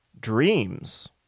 dreams